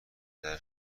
پدر